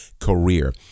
career